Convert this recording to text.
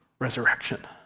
resurrection